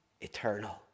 eternal